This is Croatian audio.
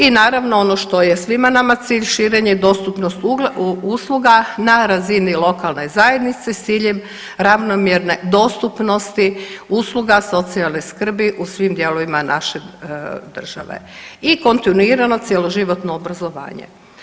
I naravno ono što je svima nama cilj širenje i dostupnost usluga na razini lokalne zajednice s ciljem ravnomjerne dostupnosti usluga socijalne skrbi u svim dijelovima naše države i kontinuirano cjeloživotno obrazovanje.